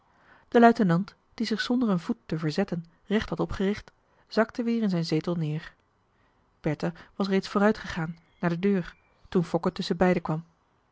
de luitenant die zich zonder een voet te verzetten recht had opgericht zakte weer in zijn zetel neer bertha was reeds vooruitgegaan naar de deur toen fokke tusschenbeiden kwam